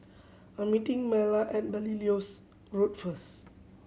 I meeting Myla at Belilios Road first